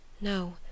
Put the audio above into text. No